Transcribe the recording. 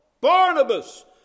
Barnabas